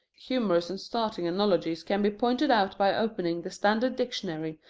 humorous and startling analogies can be pointed out by opening the standard dictionary,